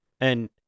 And-